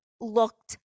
looked